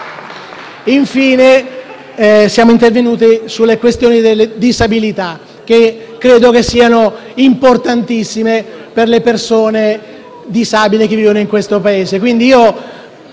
Infine siamo intervenuti sulle questioni della disabilità, che credo siano importantissime per le persone disabili che vivono nel Paese.